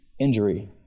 injury